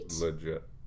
Legit